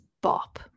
bop